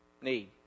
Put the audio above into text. need